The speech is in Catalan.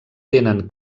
tenen